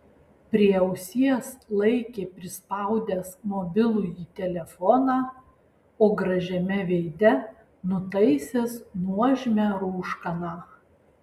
prie ausies laikė prispaudęs mobilųjį telefoną o gražiame veide nutaisęs nuožmią rūškaną